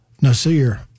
Nasir